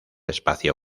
espacio